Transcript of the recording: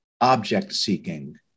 object-seeking